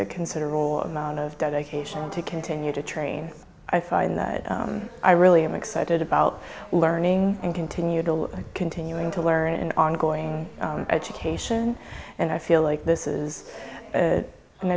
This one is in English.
a considerable amount of dedication to continue to train i find that i really am excited about learning and continue to continuing to learn and ongoing education and i feel like this is